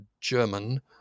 German